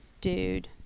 dude